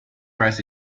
press